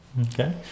okay